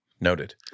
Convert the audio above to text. Noted